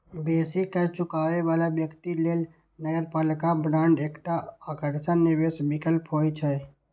बेसी कर चुकाबै बला व्यक्ति लेल नगरपालिका बांड एकटा आकर्षक निवेश विकल्प होइ छै